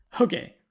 Okay